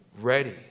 ready